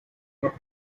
for